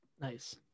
nice